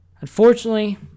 Unfortunately